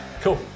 Cool